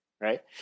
right